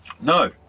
No